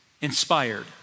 inspired